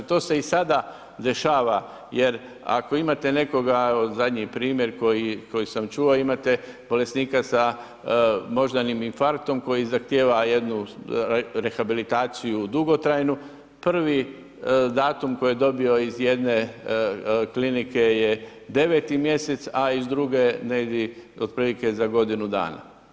To se i sada dešava jer ako imate nekoga, evo zadnji primjer koji sam čuo, imate bolesnika sa moždanim infarktom koji zahtijeva nekakvu rehabilitaciju dugotrajnu prvi datum koji je dobio iz jedne klinike je 9 mjesec, a iz druge negdje otprilike za godinu dana.